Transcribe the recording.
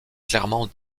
clairement